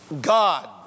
God